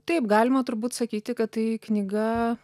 taip galima turbūt sakyti kad tai knyga